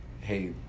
hey